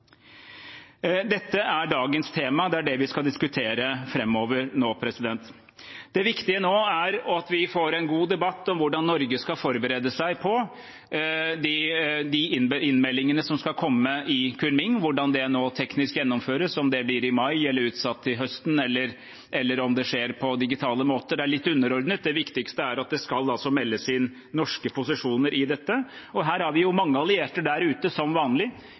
Dette er dagens tema, det er det vi skal diskutere framover nå. Det viktige nå er at vi får en god debatt om hvordan Norge skal forberede seg på de innmeldingene som skal komme i Kunming. Hvordan det nå teknisk gjennomføres, om det blir i mai, eller blir utsatt til høsten, eller om det skjer på digitale måter, er litt underordnet. Det viktigste er at det skal meldes inn norske posisjoner i dette. Her har vi mange allierte der ute, som vanlig: